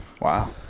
Wow